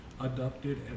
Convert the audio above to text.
adopted